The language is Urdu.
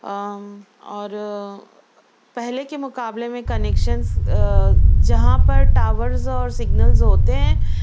اور پہلے کے مقابلے میں کنکشنز جہاں پر ٹاورز اور سنگلنز ہوتے ہیں